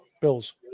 Bills